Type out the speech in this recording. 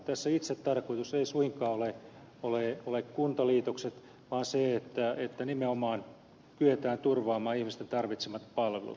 tässä itsetarkoitus ei suinkaan ole kuntaliitokset vaan se että nimenomaan kyetään turvaamaan ihmisten tarvitsemat palvelut